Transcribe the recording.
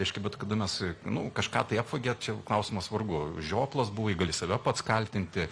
reiškia bet kada mes nu kažką tai apvagia čia klausimas vargu žioplas buvai gali save pats kaltinti